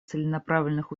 целенаправленных